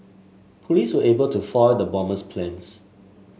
police were able to foil the bomber's plans